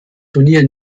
turnier